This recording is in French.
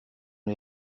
les